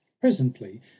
presently